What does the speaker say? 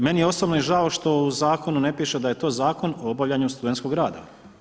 Meni je osobno žao što u zakonu ne piše da je to zakon o obavljanju studentskog rada.